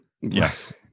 Yes